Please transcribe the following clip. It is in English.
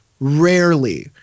Rarely